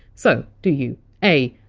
so do you a.